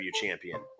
champion